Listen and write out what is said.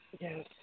Yes